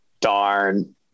Darn